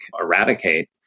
eradicate